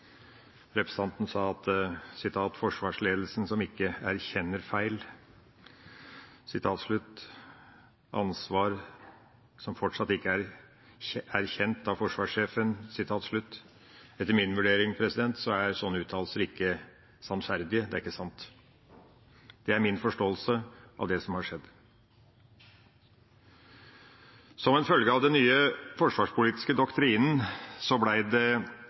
representanten Grøvan fra Kristelig Folkeparti har. Representanten sa at forsvarsledelsen «som ikke erkjenner feil», ansvar som «fortsatt ikke har blitt erkjent». Etter min vurdering er sånne uttalelser ikke sannferdige, det er ikke sant. Det er min forståelse av det som har skjedd. Som en følge av den nye forsvarspolitiske doktrinen ble det